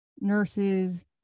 nurses